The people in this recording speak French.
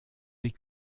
les